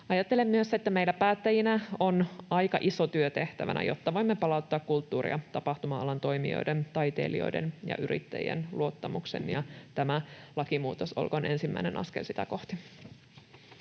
Ajattelen myös, että meillä päättäjinä on aika iso työ tehtävänä, jotta voimme palauttaa kulttuuri- ja tapahtuma-alan toimijoiden, taiteilijoiden ja yrittäjien luottamuksen, ja tämä lakimuutos olkoon ensimmäinen askel sitä kohti.